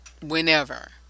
whenever